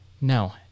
no